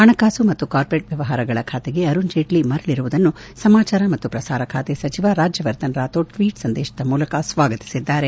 ಹಣಕಾಸು ಮತ್ತು ಕಾರ್ಪೊರೇಟ್ ವ್ಯವಹಾರಗಳ ಬಾತೆಗೆ ಅರುಣ್ ಜೇಟ್ಲ ಮರಳಿರುವುದನ್ನು ಸಮಾಚಾರ ಮತ್ತು ಪ್ರಸಾರ ಖಾತೆ ಸಚಿವ ರಾಜ್ಯವರ್ಧನ್ ರಾಥೋಡ್ ಟ್ವೀಟ್ ಸಂದೇಶದ ಮೂಲಕ ಸ್ವಾಗತಿಸಿದ್ದಾರೆ